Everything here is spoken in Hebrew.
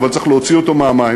אבל צריך להוציא אותו מהמים.